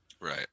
Right